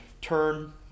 turn